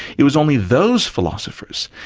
it was only those philosophers,